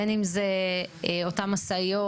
בין אם זה אותן משאיות,